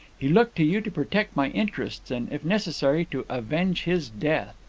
he looked to you to protect my interests, and, if necessary, to avenge his death.